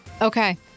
Okay